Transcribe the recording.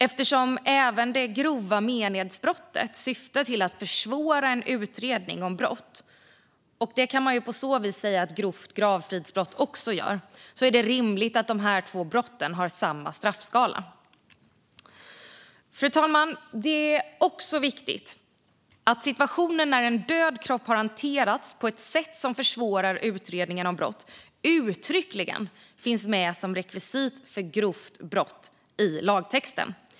Eftersom även det grova menedsbrottet syftar till att försvåra en utredning av brott är det rimligt att dessa två brott har samma straffskala. Fru talman! Det är också viktigt att situationen när en död kropp har hanterats på ett sätt som försvårar utredningen av brott uttryckligen finns med som rekvisit för grovt brott i lagtexten.